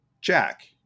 Jack